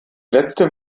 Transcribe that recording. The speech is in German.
letzte